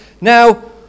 Now